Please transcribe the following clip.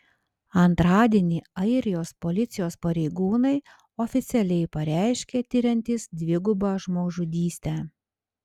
antradienį airijos policijos pareigūnai oficialiai pareiškė tiriantys dvigubą žmogžudystę